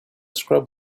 scrub